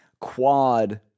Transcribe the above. quad